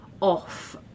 off